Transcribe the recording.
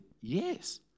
yes